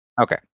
Okay